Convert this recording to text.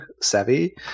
Savvy